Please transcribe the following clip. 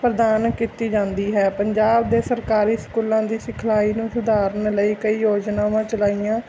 ਪ੍ਰਦਾਨ ਕੀਤੀ ਜਾਂਦੀ ਹੈ ਪੰਜਾਬ ਦੇ ਸਰਕਾਰੀ ਸਕੂਲਾਂ ਦੀ ਸਿਖਲਾਈ ਨੂੰ ਸੁਧਾਰਨ ਲਈ ਕਈ ਯੋਜਨਾਵਾਂ ਚਲਾਈਆਂ